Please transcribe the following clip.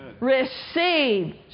Receive